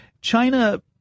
China